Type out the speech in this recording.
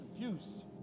confused